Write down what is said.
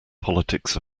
politics